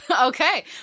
okay